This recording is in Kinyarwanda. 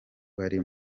bari